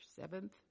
seventh